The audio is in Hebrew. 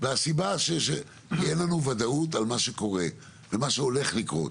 מהסיבה שאין לנו וודאות על מה שקורה ועל מה שהולך לקרות,